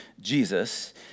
Jesus